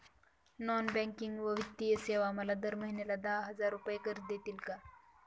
Non banking व वित्तीय सेवा मला दर महिन्याला दहा हजार रुपये कर्ज देतील का?